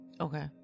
Okay